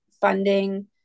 funding